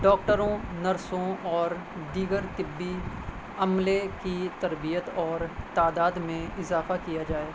ڈاکٹروں نرسوں اور دیگر طبی عملے کی تربیت اور تعداد میں اضافہ کیا جائے